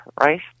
right